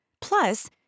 Plus